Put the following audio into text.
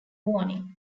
warning